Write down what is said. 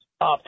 up